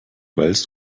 wales